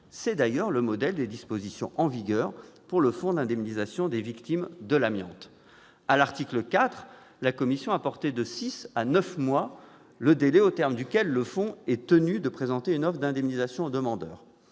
C'est d'ailleurs le modèle des dispositions en vigueur pour le Fonds d'indemnisation des victimes de l'amiante, le FIVA. À l'article 4, la commission a porté de six à neuf mois le délai au terme duquel le fonds est tenu de présenter une offre d'indemnisation au demandeur.